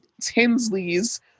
Tinsley's